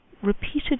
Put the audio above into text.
Repeated